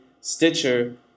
Stitcher